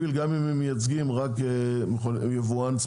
מה, אנחנו סתם עושים חוק?